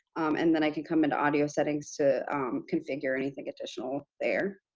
and then i can come into audio settings to configure anything additional there.